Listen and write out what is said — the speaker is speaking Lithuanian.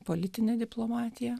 politinė diplomatija